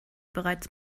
bereits